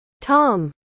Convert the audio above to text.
Tom